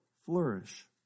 flourish